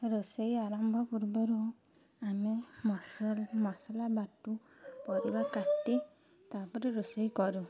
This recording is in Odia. ରୋଷେଇ ଆରମ୍ଭ ପୂର୍ବରୁ ଆମେ ମସଲ ମସଲା ବାଟୁ ପରିବା କାଟି ତାପରେ ରୋଷେଇ କରୁ